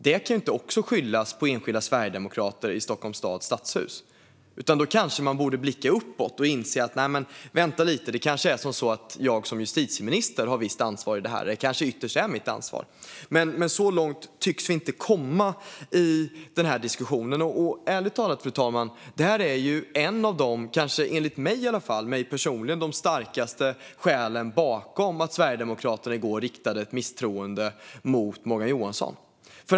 De kan knappast skyllas på enskilda sverigedemokrater i Stockholms stadshus. Kanske borde man i stället blicka uppåt och inse att man som justitieminister har det yttersta ansvaret. Men så långt tycks vi inte komma i denna diskussion. Fru talman! Ärligt talat är detta för mig personligen ett av de starkaste skälen bakom att Sverigedemokraterna i går riktade ett misstroende mot Morgan Johansson.